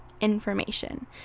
information